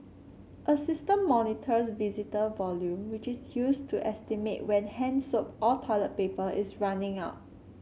a system monitors visitor volume which is used to estimate when hand soap or toilet paper is running out